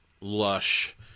lush